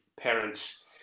parents